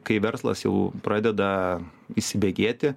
kai verslas jau pradeda įsibėgėti